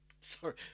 Sorry